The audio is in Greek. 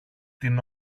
την